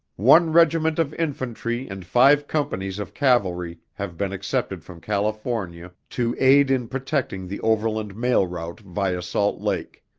one regiment of infantry and five companies of cavalry have been accepted from california to aid in protecting the overland mail route via salt lake.